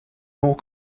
more